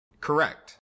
Correct